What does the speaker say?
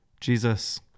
Jesus